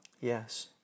Yes